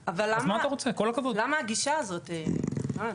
אבל למה הגישה הזו, רן?